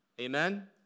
Amen